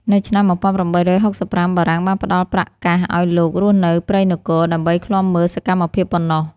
នៅឆ្នាំ ១៨៦៥ បារាំងបានផ្ដល់ប្រាក់កាសឱ្យលោករស់នៅព្រៃនគរដើម្បីឃ្លាំមើលសកម្មភាពប៉ុណ្ណោះ។